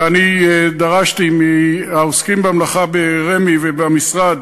ואני דרשתי מהעוסקים במלאכה ברמ"י ובמשרד